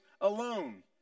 alone